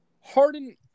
Harden